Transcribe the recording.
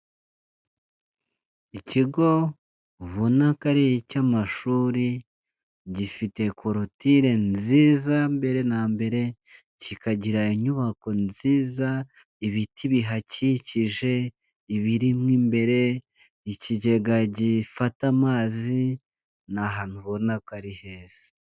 Ikigo, ubonaka ari icy'amashuri, gifite korutire nziza mbere na mbere, kikagira inyubako nziza, ibiti bihakikije, ibirimo imbere, ikigega gifata amazi, nahantu ubona ko ari heza.